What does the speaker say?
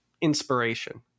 inspiration